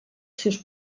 seus